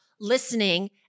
listening